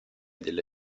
delle